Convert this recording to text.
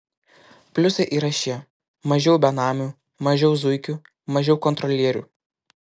pliusai yra šie mažiau benamių mažiau zuikių mažiau kontrolierių